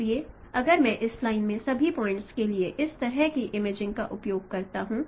इसलिए अगर मैं इस लाइन में सभी पॉइंटस के लिए इस तरह की इमेजिंग का उपयोग करता हूं